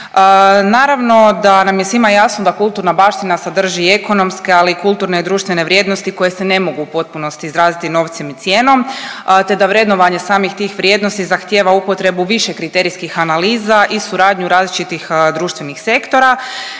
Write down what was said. Naravno da nam je svima jasno da kulturna baština sadrži i ekonomske ali i kulturne društvene vrijednosti koje se ne mogu u potpunosti izraziti novcem i cijenom te da vrednovanje samih tih vrijednosti zahtjeva upotrebu više kriterijskih analiza i suradnju različitih društvenih sektora